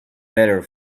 better